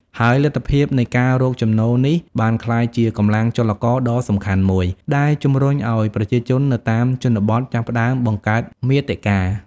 ហើយលទ្ធភាពនៃការរកចំណូលនេះបានក្លាយជាកម្លាំងចលករដ៏សំខាន់មួយ ដែលជំរុញឲ្យប្រជាជននៅតាមជនបទចាប់ផ្តើមបង្កើតមាតិកា។